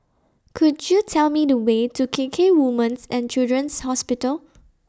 Could YOU Tell Me The Way to K K Women's and Children's Hospital